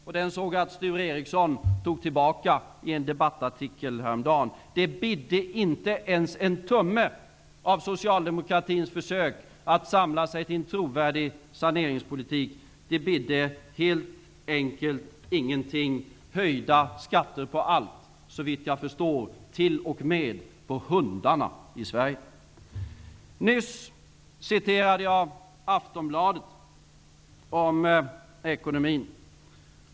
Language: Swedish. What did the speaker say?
Men jag såg att Sture Ericson tog tillbaka den i en debattartikel häromdagen. Det ''bidde'' inte ens en tumme av socialdemokratins försök att samla sig till en trovärdig saneringspolitik. Det ''bidde'' helt enkelt ingenting -- dvs. höjda skatter på allt, och såvitt jag förstår t.o.m. på hundarna i Sverige. Nyss refererade jag Aftonbladet i fråga om ekonomin.